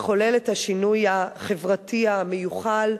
לחולל את השינוי החברתי המיוחל,